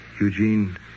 Eugene